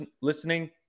listening